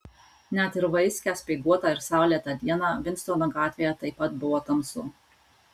net ir vaiskią speiguotą ir saulėtą dieną vinstono gatvėje taip pat buvo tamsu